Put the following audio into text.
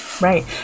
Right